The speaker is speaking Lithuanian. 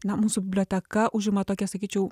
na mūsų biblioteka užima tokią sakyčiau